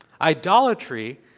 Idolatry